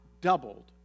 doubled